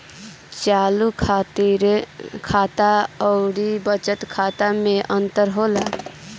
चालू खाता अउर बचत खाता मे का अंतर होला?